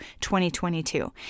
2022